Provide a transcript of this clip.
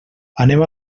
anem